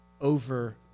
over